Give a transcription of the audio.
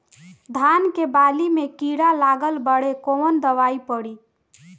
धान के बाली में कीड़ा लगल बाड़े कवन दवाई पड़ी?